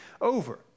over